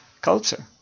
culture